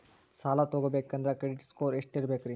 ಸಾಲ ತಗೋಬೇಕಂದ್ರ credit score ಎಷ್ಟ ಇರಬೇಕ್ರಿ?